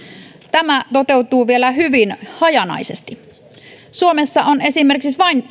tämä toteutuu vielä hyvin hajanaisesti suomessa on esimerkiksi vain